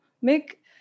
make